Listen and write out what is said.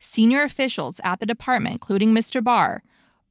senior officials at the department including mr. barr